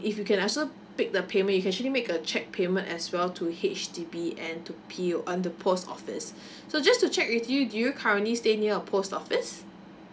if you can also make the payment you can actually make a cheqye payment as well to H_D_B and to P_U under post office so just to check with you do you currently stay near a post office